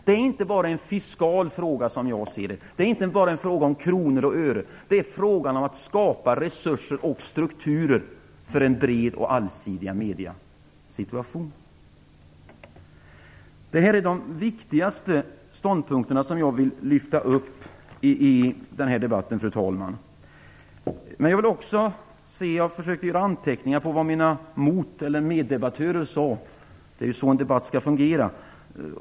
Som jag ser det är det inte bara en fiskal fråga, en fråga om kronor och ören, utan det gäller att skapa resurser och strukturer för en bred och allsidig mediesituation. Detta är de viktigaste ståndpunkter som jag vill lyfta upp i denna debatt, fru talman. Jag har också gjort anteckningar om vad mina meddebattörer har sagt.